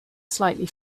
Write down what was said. slightly